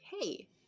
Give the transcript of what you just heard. hey